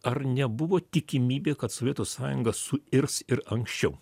ar nebuvo tikimybė kad sovietų sąjunga suirs ir anksčiau